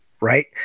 right